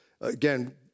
Again